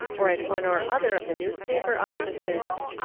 or at one or other of the newspaper offices.